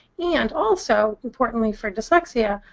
yeah and also, importantly for dyslexia,